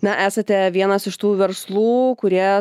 na esate vienas iš tų verslų kurie